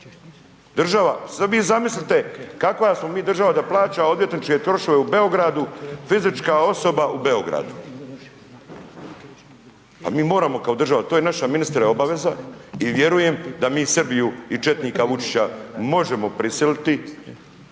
Država, sad vi zamislite kakva smo mi država da plaća odvjetničke troškove u Beogradu, fizička osoba u Beogradu, a mi moramo kao država, to je naša ministre obaveza i vjerujem da mi Srbiju i četnika Vučića možemo prisiliti,